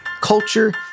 culture